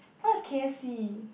what's K_F_C